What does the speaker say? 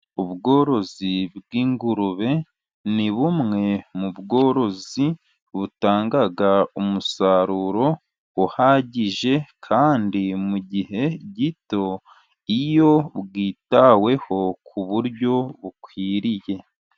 Ubworozi bw'ingurube ni bumwe mu bworozi butanga umusaruro uhagije kandi mu gihe gito iyo witaweho ku buryo bukwiriye.